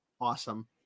awesome